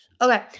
Okay